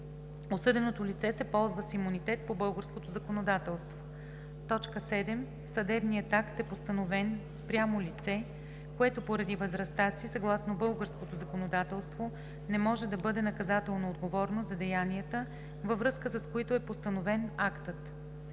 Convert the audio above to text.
осъденото лице се ползва с имунитет по българското законодателство; 7. съдебният акт е постановен спрямо лице, което поради възрастта си съгласно българското законодателство не може да бъде наказателноотговорно за деянията, във връзка с които е постановен актът;